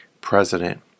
president